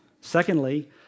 Secondly